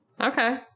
Okay